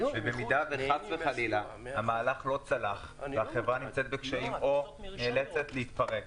שאם חלילה המהלך לא צלח והחברה נמצאת בקשיים ונאלצת להתפרק,